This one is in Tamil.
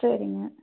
சரிங்க